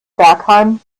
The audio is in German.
bergheim